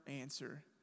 answer